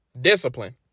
Discipline